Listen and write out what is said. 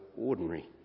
ordinary